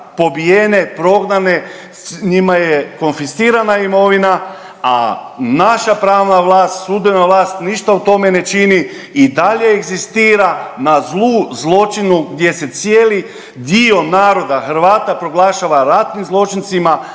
pobijene, prognane, njima je konfiscirana imovina, a naša pravna vlast, sudbena vlast ništa u tome ne čini i dalje egzistira na zlu, zločinu gdje se cijeli dio naroda Hrvata proglašava ratnim zločincima